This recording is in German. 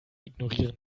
ignorieren